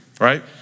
right